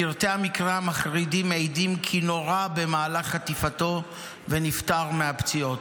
פרטי המקרה המחרידים מעידים כי נורה במהלך חטיפתו ונפטר מהפציעות.